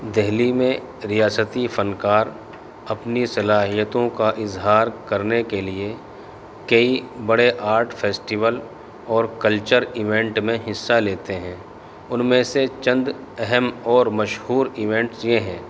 دہلی میں ریاستی فنکار اپنی صلاحیتوں کا اظہار کرنے کے لیے کئی بڑے آرٹ فیسٹیول اور کلچر ایونٹ میں حصہ لیتے ہیں ان میں سے چند اہم اور مشہور ایونٹس یہ ہیں